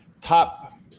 top